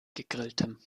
gegrilltem